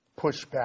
pushback